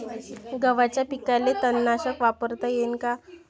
गव्हाच्या पिकाले तननाशक वापरता येईन का?